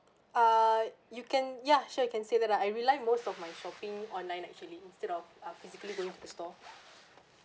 ah you can ya sure you can say that [Iah] I rely most of my shopping online actually instead of ah physically going to the store